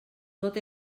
tot